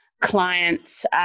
clients